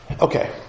Okay